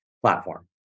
platform